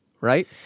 right